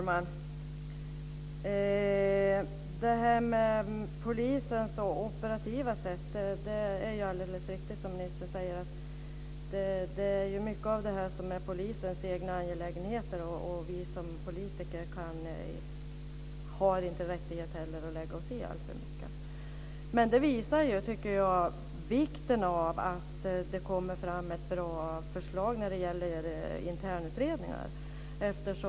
Fru talman! När det gäller polisens operativa metoder är det alldeles riktigt som ministern säger. Mycket av detta är polisens egna angelägenheter, och vi som politiker kan inte och har inte heller rätt att lägga oss i alltför mycket. Men detta visar, tycker jag, vikten av att det kommer fram ett bra förslag när det gäller internutredningar.